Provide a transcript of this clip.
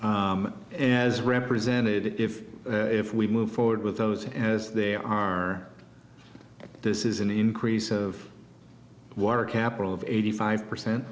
and as represented if if we move forward with those as they are this is an increase of work capital of eighty five percent